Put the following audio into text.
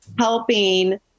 helping